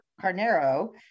Carnero